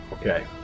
Okay